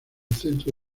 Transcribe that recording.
centro